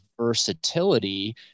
versatility